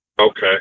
Okay